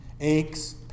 Aches